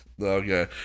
Okay